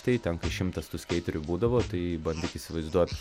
tai ten kai šimtas tų skeiterių būdavo tai bandyk įsivaizduot